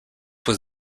was